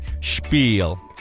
spiel